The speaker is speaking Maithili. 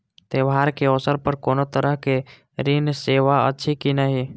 त्योहार के अवसर पर कोनो तरहक ऋण सेवा अछि कि नहिं?